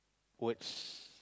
words